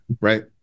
right